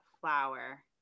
flower